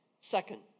Second